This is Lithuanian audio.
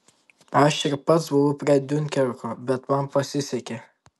aš ir pats buvau prie diunkerko bet man pasisekė